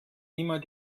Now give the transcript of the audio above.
immer